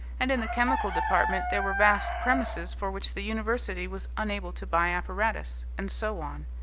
and in the chemical department there were vast premises for which the university was unable to buy apparatus, and so on.